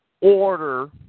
order